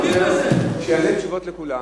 יענה לכולם.